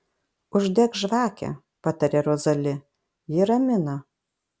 uždek žvakę pataria rozali ji ramina